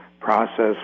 process